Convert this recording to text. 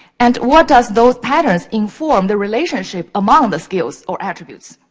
and what does those patterns inform the relationship among and the skills or attributes?